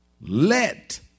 Let